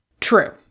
true